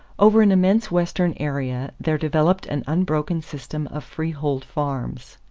over an immense western area there developed an unbroken system of freehold farms.